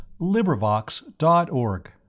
LibriVox.org